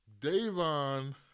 Davon